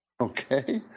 Okay